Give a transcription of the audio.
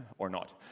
or not.